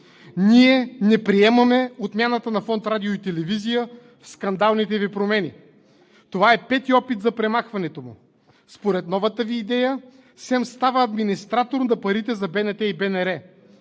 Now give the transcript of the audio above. Ние не приемаме отмяната на фонд „Радио и телевизия“ в скандалните Ви промени. Това е пети опит за премахването му. Според новата Ви идея СЕМ става администратор на парите за БНТ и БНР.